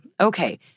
Okay